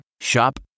Shop